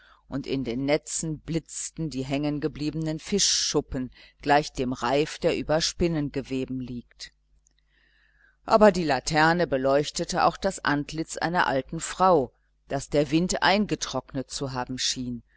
und in den netzen blitzten die hängengebliebenen fischschuppen gleich dem reif der über spinnengeweben liegt aber die laterne beleuchtete auch das antlitz einer alten frau das der wind eingetrocknet zu haben schien